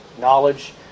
knowledge